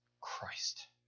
Christ